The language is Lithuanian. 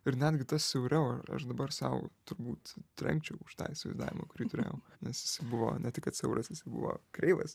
ir netgi siauriau aš dabar sau turbūt trenkčiau už tą įsivaizdavimą kurį turėjau nes jis buvo ne tik kad siauras jisai buvo kreivas